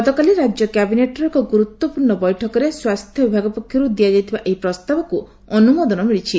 ଗତକାଲି ରାଜ୍ୟ କ୍ୟାବିନେଟ୍ର ଏକ ଗୁରୁତ୍ୱପୂର୍ଶ୍ଣ ବୈଠକରେ ସ୍ୱାସ୍ଥ୍ୟ ବିଭାଗ ପକ୍ଷରୁ ଦିଆଯାଇଥିବା ଏହି ପ୍ରସ୍ତାବକୁ ଅନୁମୋଦନ ମିଳିଛି